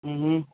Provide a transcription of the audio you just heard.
ਹਮ ਹਮ